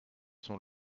sont